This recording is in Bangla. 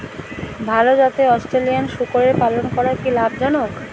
ভাল জাতের অস্ট্রেলিয়ান শূকরের পালন করা কী লাভ জনক?